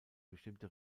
bestimmte